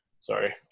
sorry